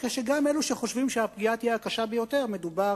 כשגם אלו שחושבים שהפגיעה תהיה הקשה ביותר יודעים שמדובר